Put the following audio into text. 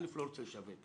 א, לא רוצה לשווק.